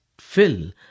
fill